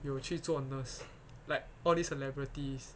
有去去做 nurse like all these celebrities